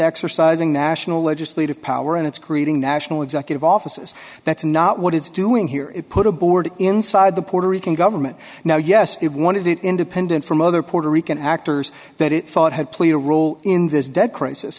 exercising national legislative power and it's creating national executive offices that's not what it's doing here it put a board inside the puerto rican government now yes it wanted it independent from other puerto rican actors that it thought had played a role in this debt crisis